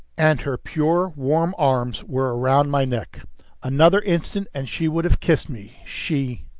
and her pure, warm arms were round my neck another instant, and she would have kissed me, she!